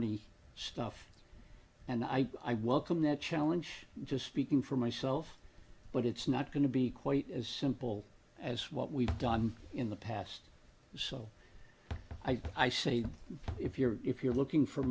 rny stuff and i i welcome that challenge just speaking for myself but it's not going to be quite as simple as what we've done in the past so i say if you're if you're looking for